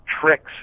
tricks